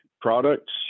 products